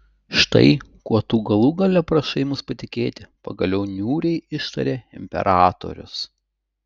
štai kuo tu galų gale prašai mus patikėti pagaliau niūriai ištarė imperatorius